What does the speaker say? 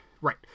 Right